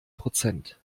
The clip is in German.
prozent